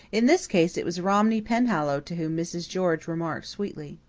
in this case it was romney penhallow to whom mrs. george remarked sweetly